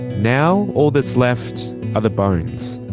now all that's left are the bones.